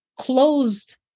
closed